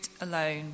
alone